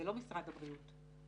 זה לא משרד הבריאות.